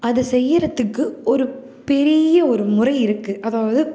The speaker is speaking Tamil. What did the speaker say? அதை செய்கிறத்துக்கு ஒரு பெரிய ஒரு முறை இருக்குது அதாவது